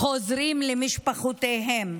חוזרים למשפחותיהם.